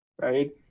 right